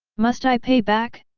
must i pay back?